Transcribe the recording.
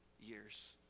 years